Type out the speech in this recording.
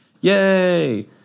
Yay